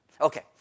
Okay